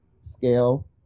scale